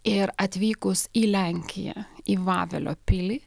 ir atvykus į lenkiją į vavelio pilį